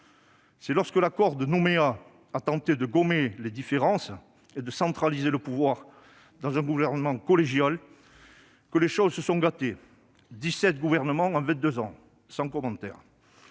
C'est lorsque l'accord de Nouméa a tenté de gommer les différences et de centraliser le pouvoir dans un gouvernement collégial que les choses se sont gâtées : dix-sept gouvernements en vingt-deux ans ! Sans commentaire